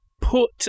put